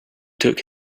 took